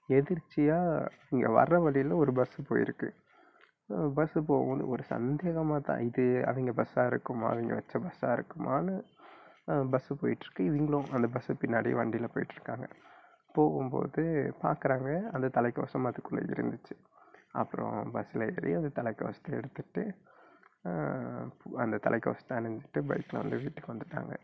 எதேர்ச்சியா இங்கே வர்ற வழியில் ஒரு பஸ் போய்ருக்கு பஸ்ஸு போகவுன்னு ஒரு சந்தேகமாகத்தான் இது அவங்க பஸ்ஸாக இருக்குமா அவங்க வைச்ச பஸ்ஸாயிருக்குமான்னு பஸ்ஸு போய்ட்ருக்கு இவங்களும் அந்த பஸ் பின்னாடியே வண்டியில் போய்ட்ருக்காங்க போகும்போது பாக்கிறாங்க அந்த தலைக்கவசம் அதுக்குள்ளே இருந்துச்சு அப்புறம் பஸ்ஸில் ஏறி அந்த தலைக்கவசத்தை எடுத்துட்டு அந்த தலைக்கவசத்தை அணிஞ்சுட்டு பைக்கில் வந்து வீட்டுக்கு வந்துட்டாங்க